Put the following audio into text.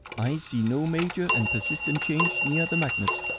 i see no major and persistent change near the magnet.